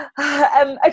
Okay